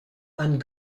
and